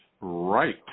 Right